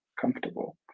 comfortable